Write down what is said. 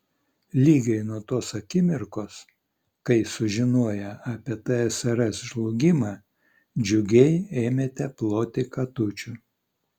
lygiai nuo tos akimirkos kai sužinoję apie tsrs žlugimą džiugiai ėmėte ploti katučių